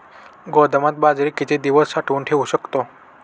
गोदामात बाजरी किती दिवस साठवून ठेवू शकतो?